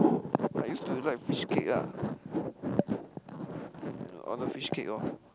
I used to like fishcake ah order fishcake lor